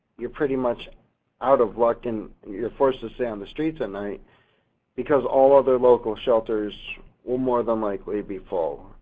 you're pretty much out of luck and you're forced to stay on the streets at night because all other local shelters will more than likely be full.